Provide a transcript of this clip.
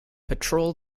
patrol